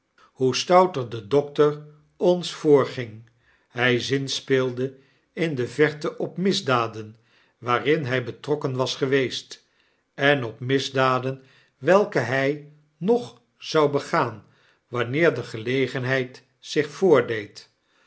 hoe stouter de dokter ons voorging hij zinspeelde in de verte op misdaden waarin hij betrokken was geweest en op misdaden welke hy nog zou begaan wanneer de gelegenheid zich voordeed